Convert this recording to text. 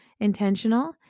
intentional